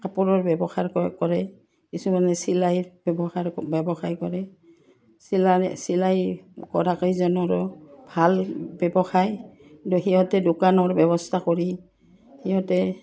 কাপোৰৰ ব্যৱসাৰ কৰে কিছুমানে চিলাইৰ ব্যৱহাৰ ব্যৱসাৰ ব্যৱসায় কৰে চিলনি চিলাই কৰাকেইজনৰো ভাল ব্যৱসায় কিন্তু সিহঁতে দোকানৰ ব্যৱস্থা কৰি সিহঁতে